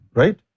right